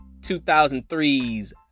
2003's